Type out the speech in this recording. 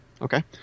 Okay